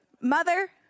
Mother